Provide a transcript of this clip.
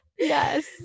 Yes